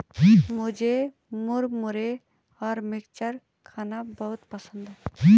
मुझे मुरमुरे और मिक्सचर खाना बहुत पसंद है